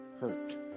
hurt